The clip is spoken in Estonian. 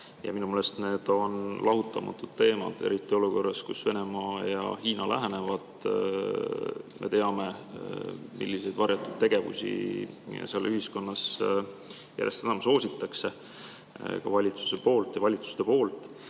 Minu meelest need on lahutamatud teemad, eriti olukorras, kus Venemaa ja Hiina lähenevad ja me teame, milliseid varjatud tegevusi seal ühiskonnas järjest enam soositakse ka valitsuste poolt. Minu küsimus teile